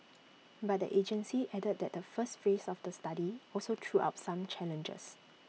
but the agency added that the first phase of the study also threw up some challenges